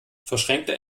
verschränkte